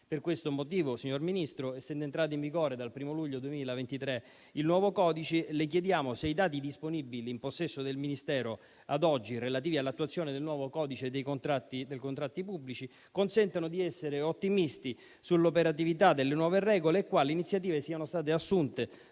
Per questo motivo, signor Ministro, essendo entrato in vigore dal 1° luglio 2023 il nuovo codice, le chiediamo se i dati disponibili in possesso del Ministero ad oggi relativi all'attuazione del nuovo codice dei contratti pubblici consentano di essere ottimisti sull'operatività delle nuove regole e quali iniziative siano state assunte